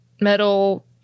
metal